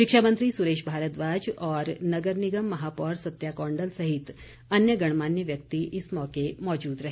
शिक्षा मंत्री सुरेश भारद्वाज और नगर निगम महापौर सत्या कौंडल सहित अन्य गणमान्य व्यक्ति इस मौके मौजूद रहे